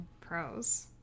pros